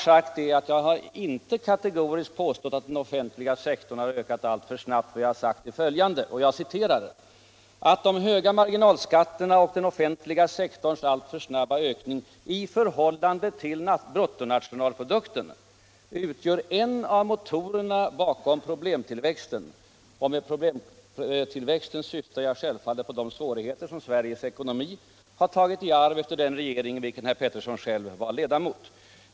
Jag har inte kategoriskt påstått att den offentliga sektorn har ökat alltför snabbt, utan jag har sagt följande: ”De höga marginalskatterna och den offentliga sektorns alltför snabba ökning i förhållande till bruttonationalprodukten utgör en av motorerna bakom problemtillväxten.” Med ”problemtillväxten” syftar jag i detta sammanhang självfallet på de svårigheter som Sveriges ekonomi har tagit i arv efter den regering i vilken herr Peterson själv var ledamot.